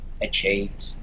achieved